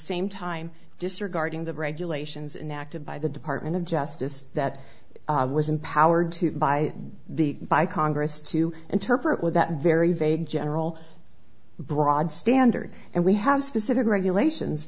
same time disregarding the regulations inactive by the department of justice that was in power too by the by congress to interpret with that very vague general broad standard and we have specific regulations